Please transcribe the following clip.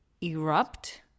erupt